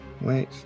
Wait